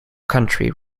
country